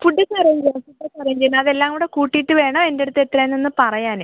ഫുഡൊക്കെ അറേഞ്ച് ചെയ്യാം ഫുഡൊക്കെ അറേഞ്ച് ചെയ്യാം അത് എല്ലാം കൂടെ കൂട്ടിയിട്ട് വേണം എൻ്റെ അടുത്ത് എത്രയാണെന്ന് പറയാൻ